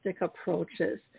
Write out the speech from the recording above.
approaches